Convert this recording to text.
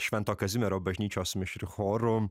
švento kazimiero bažnyčios mišriu choru